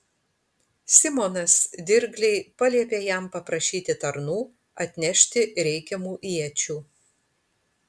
simonas dirgliai paliepė jam paprašyti tarnų atnešti reikiamų iečių